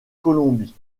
colombie